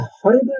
horrible